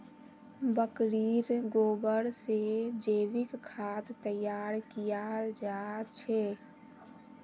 बकरीर गोबर से जैविक खाद तैयार कियाल जा छे